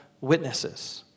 witnesses